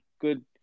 Good